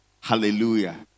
Hallelujah